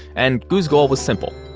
and goo! s goal was simple,